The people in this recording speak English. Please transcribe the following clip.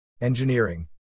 Engineering